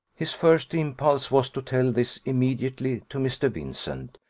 his first impulse was to tell this immediately to mr. vincent,